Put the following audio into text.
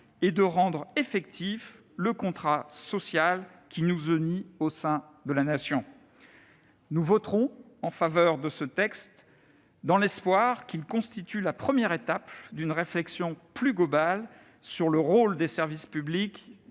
et de rendre effectif le contrat social qui nous unit au sein de la Nation. Nous voterons en faveur de ce texte dans l'espoir qu'il constitue la première étape d'une réflexion plus globale sur le rôle des services publics